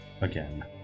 again